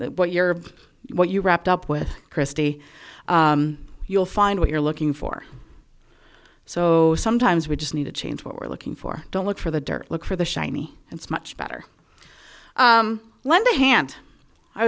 that what you're what you wrapped up with christie you'll find what you're looking for so sometimes we just need to change what we're looking for don't look for the dirt look for the shiny and so much better when the hand i